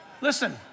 Listen